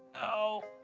oh!